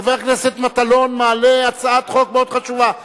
חבר הכנסת מטלון מעלה הצעת חוק מאוד חשובה.